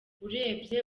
urebye